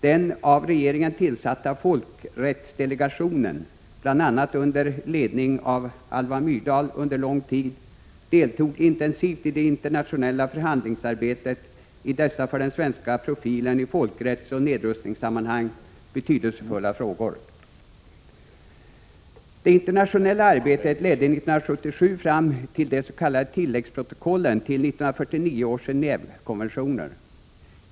Den av regeringen tillsatta folkrättsdelegationen, bl.a. under ledning av Alva Myrdal under lång tid, deltog intensivt i det internationella förhandlingsarbetet i dessa för den svenska profilen i folkrättsoch nedrustningssammanhang betydelsefulla frågor. Det internationella arbetet ledde 1977 fram till de s.k. tilläggsprotokollen till 1949 års Gen&vekonventioner.